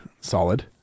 Solid